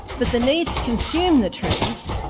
but the need to consume the trees,